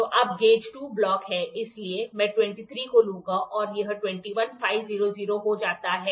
तो अब gauge 2 block है इसलिए मैं 23 को लूंगा और यह 21500 हो जाता है